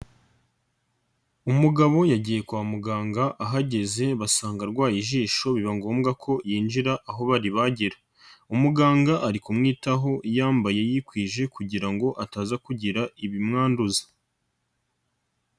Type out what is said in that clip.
Umugabo yagiye kwa muganga ahageze basanga arwaye ijisho biba ngombwa ko yinjira aho baribagira, umuganga ari kumwitaho yambaye yikwije kugira ngo ataza kugira ibimwanduza.